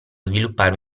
sviluppare